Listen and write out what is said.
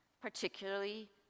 particularly